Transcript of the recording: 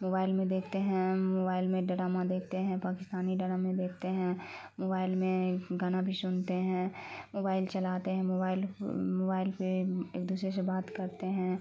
mobile میں دیکھتے ہیں موبائل میں ڈرامہ دیکھتے ہیں پاکستانی ڈرامے دیکھتے ہیں موبائل میں گانا بھی شنتے ہیں موبائل چلاتے ہیں موبائل موبائل پہ ایک دوسرے سے بات کرتے ہیں